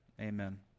Amen